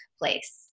place